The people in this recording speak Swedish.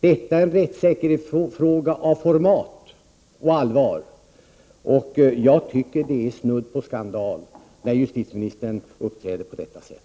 Detta är en rättssäkerhetsfråga av format och allvar. Jag tycker att det är snudd på skandal att justitieministern uppträder på detta sätt.